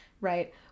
Right